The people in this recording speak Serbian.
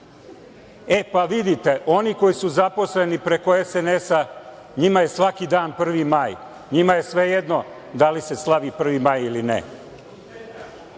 platu. Vidite, oni koji su zaposleni preko SNS-a, njima je svaki dan 1. maj, njima je svejedno da li se slavi 1. maj ili ne. Što